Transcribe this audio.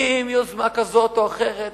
עם יוזמה כזאת או אחרת,